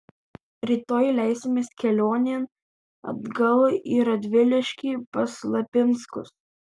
rytoj leisimės kelionėn atgal į radviliškį pas lapinskus